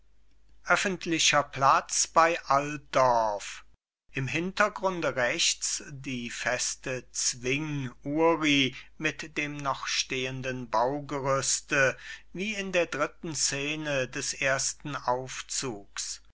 oeffentlicher platz bei altdorf im hintergrunde rechts die feste zwing uri mit dem noch stehenden baugerüste wie in der dritten szene des ersten aufzugs